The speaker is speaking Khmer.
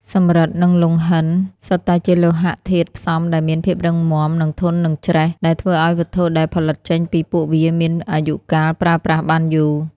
សំរឹទ្ធ និងលង្ហិនសុទ្ធតែជាលោហៈធាតុផ្សំដែលមានភាពរឹងមាំ និងធន់នឹងច្រេះ ដែលធ្វើឲ្យវត្ថុដែលផលិតចេញពីពួកវាមានអាយុកាលប្រើប្រាស់បានយូរ។